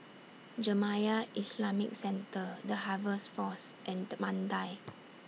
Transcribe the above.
Jamiyah Islamic Centre The Harvest Force and Mandai